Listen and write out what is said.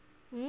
hmm